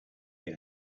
your